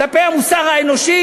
כלפי המוסר האנושי.